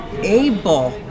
able